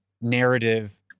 narrative